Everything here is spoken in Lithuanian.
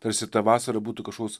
tarsi ta vasara būtų kažkoks